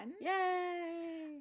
Yay